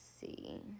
see